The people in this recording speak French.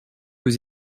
aux